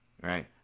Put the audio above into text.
Right